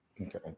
Okay